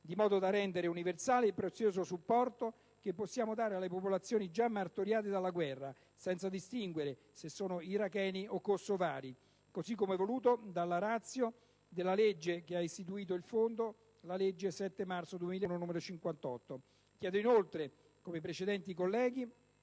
di modo da rendere universale il prezioso supporto che possiamo dare alle popolazioni già martoriate dalla guerra, senza distinguere se sono iracheni o kosovari, così come voluto dalla *ratio* della legge 7 marzo 2001, n. 58, che ha istituito il Fondo. Chiedo inoltre, come i precedenti colleghi,